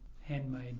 handmade